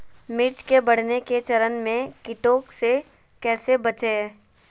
मिर्च के बढ़ने के चरण में कीटों से कैसे बचये?